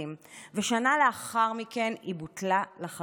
ושנה לאחר מכן היא בוטלה לחלוטין,